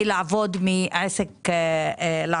אם